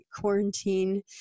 quarantine